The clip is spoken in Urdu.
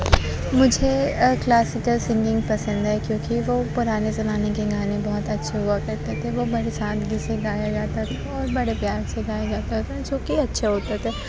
مجھے کلاسیکل سنگنگ پسند ہے کیونکہ وہ پرانے زمانے کے گانے بہت اچھے ہوا کرتے تھے وہ بڑی سادگی سے گایا جاتا تھا اور بڑے پیار سے گایا جاتا تھا جو کہ اچھے ہوتے تھے